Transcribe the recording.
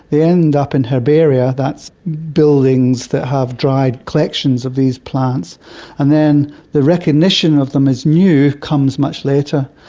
they end up in herbaria that's buildings that have dried collections of these plants and then the recognition of them as new comes much later.